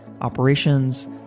operations